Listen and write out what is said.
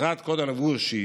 מטרת קוד הלבוש היא